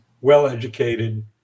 well-educated